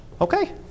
Okay